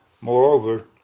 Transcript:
Moreover